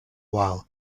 while